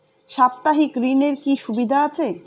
সাপ্তাহিক ঋণের কি সুবিধা আছে?